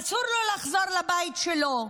אסור לו לחזור לבית שלו,